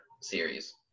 series